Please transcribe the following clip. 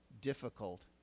difficult